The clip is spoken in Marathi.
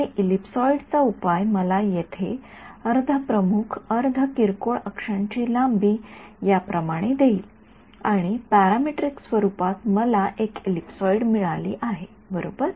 आणि एलिप्सोईडचा उपाय मला येथे अर्ध प्रमुख अर्ध किरकोळ अक्षांची लांबी याप्रमाणे देईल आणि पॅरामीट्रिक स्वरूपात मला एक एलिप्सोईड मिळाला आहे बरोबर